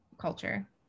culture